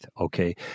Okay